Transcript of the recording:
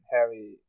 Harry